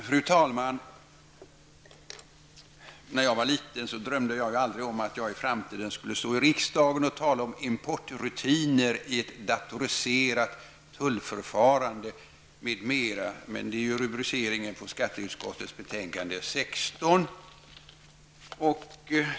Fru talman! När jag var liten drömde jag aldrig om att jag i framtiden skulle stå i riksdagens talarstol och tala om ''Importrutiner i ett datoriserat tullförfarande, m.m.'', men det är ja rubriceringen på skatteutskottets betänkande 16.